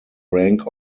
rank